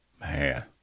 Man